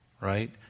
right